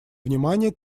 внимания